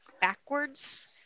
backwards